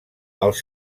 els